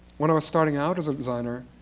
when i was starting out as a designer